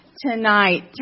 tonight